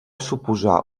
suposar